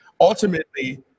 Ultimately